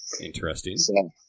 Interesting